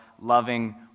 loving